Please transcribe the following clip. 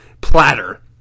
platter